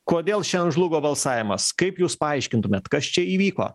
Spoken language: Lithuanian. kodėl šiandien žlugo balsavimas kaip jūs paaiškintumėt kas čia įvyko